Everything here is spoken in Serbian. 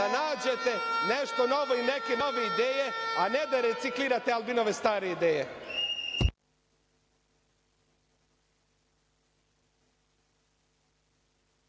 da nađete nešto novo, neke nove ideje, a ne da reciklirate Aljbinove stare ideje.